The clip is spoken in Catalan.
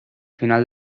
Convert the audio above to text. final